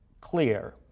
clear